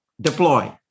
deploy